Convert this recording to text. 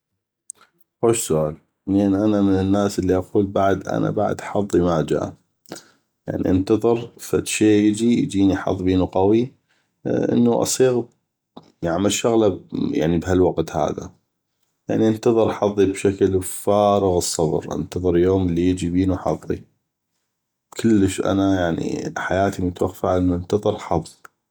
خوش سؤال لان انا من الناس اللي اقول بعد حظي ما جا يعني انتظر فدشي يجي يجيني حظ بينو قوي يعني اصيغ يعني اعمل شغله بهالوقت هذا يعني انتظر حظي بشكل بفارغ الصبر انتظر اليوم اللي يجي بينو حظي كلش انا حياتي متوقفه على انو منتظر حظ